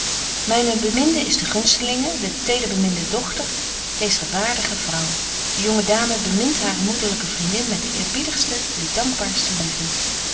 myne beminde is de gunstelinge de tederbeminde dochter deezer waardige vrouw de jonge dame bemint hare moederlyke vriendin met de eerbiedigste de dankbaarste liefde